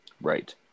Right